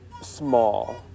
small